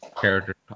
character